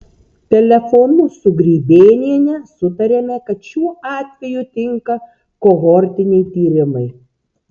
telefonu su grybėniene sutarėme kad šiuo atveju tinka kohortiniai tyrimai